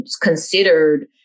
considered